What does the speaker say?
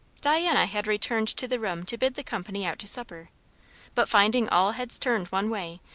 diana had returned to the room to bid the company out to supper but finding all heads turned one way,